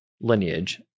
lineage